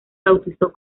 bautizó